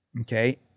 okay